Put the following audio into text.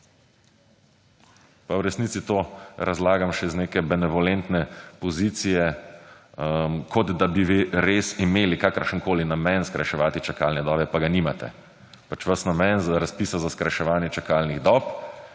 V resnici to razlagam še iz nega benevolentne pozicije kot, da bi res imeli kakršnekoli namen skrajševati čakalne dobe pa ga nimate. Pač ves namen razpisa za skrajševanje čakalnih dob